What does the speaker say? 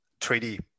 3D